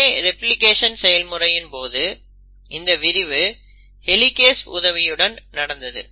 DNA replication செயல்முறையின் போது இந்த விரிவு ஹெலிகேஸ் உதவியுடன் நடந்தது